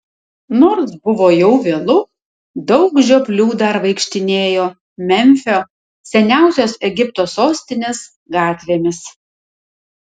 nors buvo jau vėlu daug žioplių dar vaikštinėjo memfio seniausios egipto sostinės gatvėmis